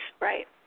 Right